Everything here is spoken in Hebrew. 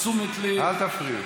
תנו לשר להשיב.